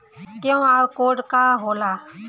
QR code का होला?